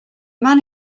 man